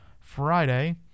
Friday